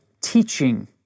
teaching